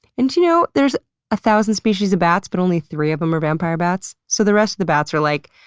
and do you know that there's a thousand species of bats but only three of them are vampire bats? so the rest of the bats are like,